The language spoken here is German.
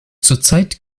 zurzeit